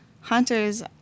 hunters